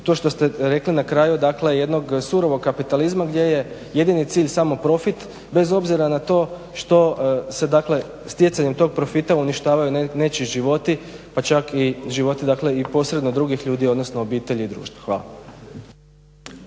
to što ste rekli na kraju dakle jedno surovog kapitalizma gdje je jedini cilj samo profit bez obzira na to što se dakle stjecanjem tog profita uništavaju nečiji životi, pa čak i životi dakle i posredno drugih ljudi, odnosno obitelji i društva.